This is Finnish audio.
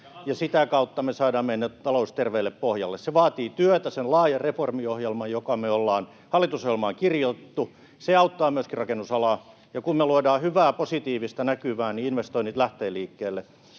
ja sitä kautta me saadaan meidän talous terveelle pohjalle. Se vaatii työtä, sen laajan reformiohjelman, joka me ollaan hallitusohjelmaan kirjattu ja joka auttaa myöskin rakennusalaa. Kun me luodaan hyvää, positiivista näkymää, niin investoinnit lähtevät liikkeelle.